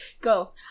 go